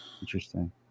Interesting